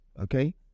Okay